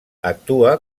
actua